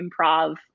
improv